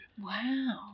Wow